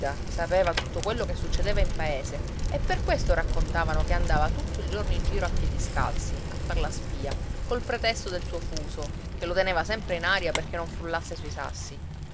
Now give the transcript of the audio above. sapeva tutto quello che succedeva in paese e per questo raccontavano che andava tutto il giorno in giro a piedi scalzi a far la spia col pretesto del suo fuso che lo teneva sempre in aria perché non frullasse sui sassi